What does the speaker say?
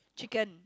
chicken